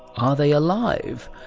are they alive?